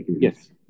Yes